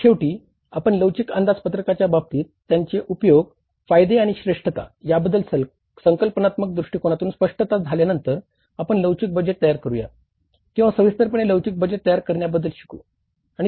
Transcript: आणि शेवटी आपण लवचिक अंदाजपत्रकाच्या पुनर्स्थित करायचे असेल तर आपण सर्व शकांचे समाधान करूया